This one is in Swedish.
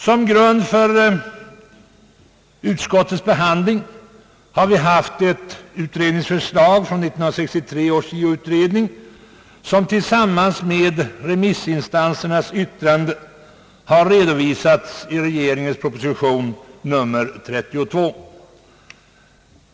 Som grund för utskottets behandling har vi haft ett förslag från 1963 års JO utredning, som tillsammans med remissinstansernas yttranden har redovisats i regeringens proposition nr 32.